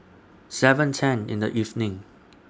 seven ten in The evening